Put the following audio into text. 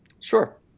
Sure